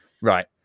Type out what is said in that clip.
Right